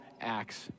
acts